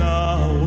now